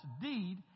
deed